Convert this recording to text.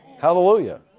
Hallelujah